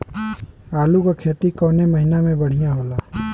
आलू क खेती कवने महीना में बढ़ियां होला?